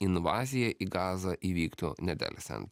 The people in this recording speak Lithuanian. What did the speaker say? invaziją į gazą įvyktų nedelsiant